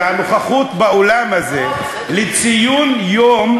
והנוכחות באולם הזה לציון יום,